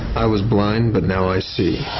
i was blind but now i see.